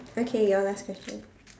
okay your last question